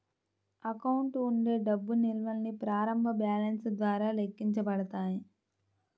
account ఉండే డబ్బు నిల్వల్ని ప్రారంభ బ్యాలెన్స్ ద్వారా లెక్కించబడతాయి